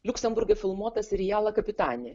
liuksemburge filmuotą serialą kapitani